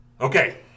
Okay